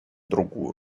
другую